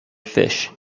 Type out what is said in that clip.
fish